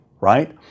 right